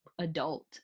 adult